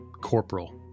corporal